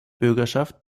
bürgerschaft